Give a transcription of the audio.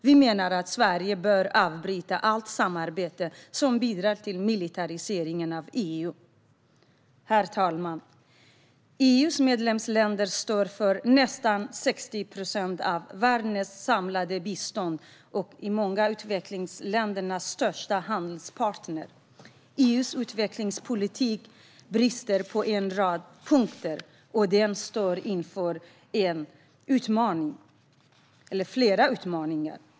Vi menar att Sverige bör avbryta allt samarbete som bidrar till militariseringen av EU. Herr talman! EU:s medlemsländer står för nästan 60 procent av världens samlade bistånd och är många utvecklingsländers största handelspartner. EU:s utvecklingspolitik brister på en rad punkter, och den står inför flera utmaningar.